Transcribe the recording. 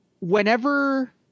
whenever